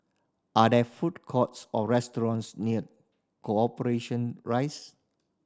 are there food courts or restaurants near Corporation Rise